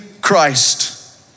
Christ